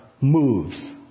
moves